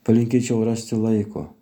palinkėčiau rasti laiko